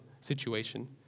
situation